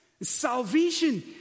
salvation